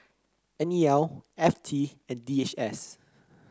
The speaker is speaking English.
N E L F T and D H S